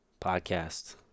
podcast